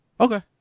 Okay